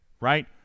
right